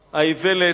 האיוולת,